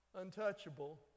untouchable